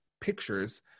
pictures